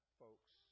folks